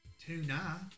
Tuna